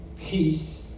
peace